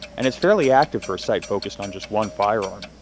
and it's fairly active for a site focused on just one firearm.